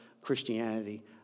Christianity